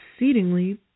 Exceedingly